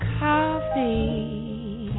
coffee